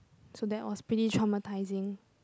so that was pretty traumatizing